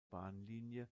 bahnlinie